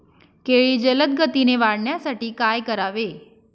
केळी जलदगतीने वाढण्यासाठी काय करावे?